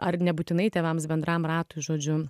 ar nebūtinai tėvams bendram ratui žodžiu